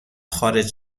خارج